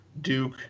Duke